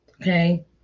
Okay